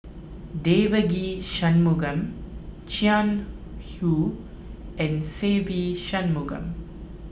Devagi Sanmugam Jiang Hu and Se Ve Shanmugam